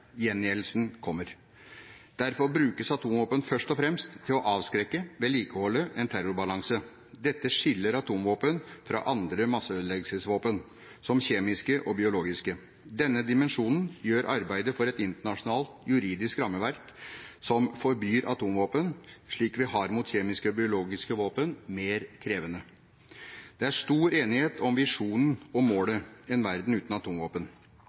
Gjengjeldelsen kommer. Derfor brukes atomvåpen først og fremst til å avskrekke, vedlikeholde en terrorbalanse. Dette skiller atomvåpen fra andre masseødeleggelsesvåpen, som kjemiske og biologiske. Denne dimensjonen gjør arbeidet for et internasjonalt juridisk rammeverk som forbyr atomvåpen, slik vi har mot kjemiske og biologiske våpen, mer krevende. Det er stor enighet om visjonen og målet, en verden uten atomvåpen.